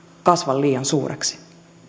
kasva liian suureksi